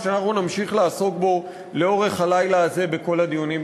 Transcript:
ונמשיך לעסוק בו לאורך הלילה הזה בכל הדיונים,